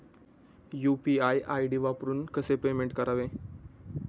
UPI ID वापरून कसे payment करावे?